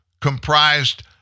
comprised